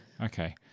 Okay